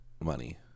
money